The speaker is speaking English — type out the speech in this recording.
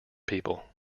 people